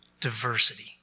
diversity